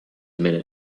minute